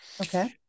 Okay